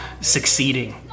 succeeding